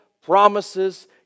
promises